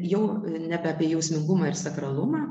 jau nebe apie jausmingumą ir sakralumą